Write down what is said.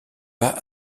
pas